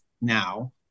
now